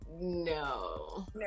No